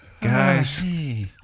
guys